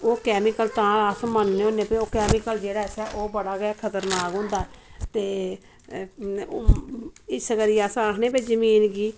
ते ओह् कैमिकल तां अस मन्नने हुन्ने कि ओह् कैमिकल जेह्ड़ा असें ओह् बड़ा गै खतरनाक होंदा ते इस करियै अस आखने कि जमीन